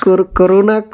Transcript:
Corona